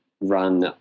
run